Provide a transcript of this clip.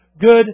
good